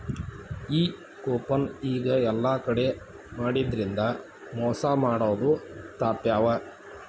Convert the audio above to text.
ಈ ಕೂಪನ್ ಈಗ ಯೆಲ್ಲಾ ಕಡೆ ಮಾಡಿದ್ರಿಂದಾ ಮೊಸಾ ಮಾಡೊದ್ ತಾಪ್ಪ್ಯಾವ